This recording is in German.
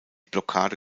blockade